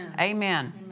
Amen